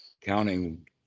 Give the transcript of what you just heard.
Counting